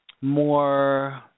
more